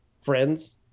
Friends